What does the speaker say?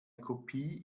kopie